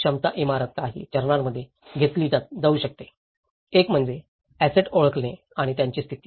क्षमता इमारत काही चरणांमध्ये घेतली जाऊ शकते एक म्हणजे ऍसेट ओळखणे आणि त्यांची स्थिती